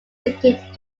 seeking